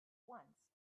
once